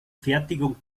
fertigung